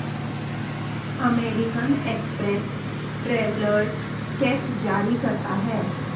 American Express travellers cheque जारी करता है